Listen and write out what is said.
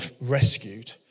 rescued